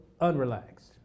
unrelaxed